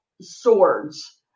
Swords